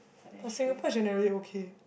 but Singapore generally okay